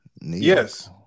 Yes